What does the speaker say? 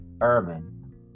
Urban